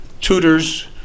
tutors